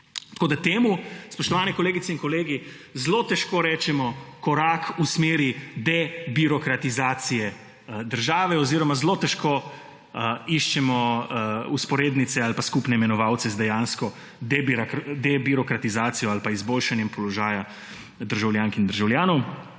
Tako da temu, spoštovane kolegice in kolegi, zelo težko rečemo korak v smeri debirokratizacije države oziroma zelo težko iščemo vzporednice ali pa skupne imenovalce z dejansko debirokratizacijo ali pa izboljšanjem položaja državljank in državljanov.